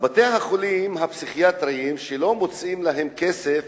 בתי-החולים הפסיכיאטריים, שלא מוצאים כסף